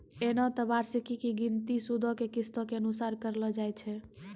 एना त वार्षिकी के गिनती सूदो के किस्तो के अनुसार करलो जाय छै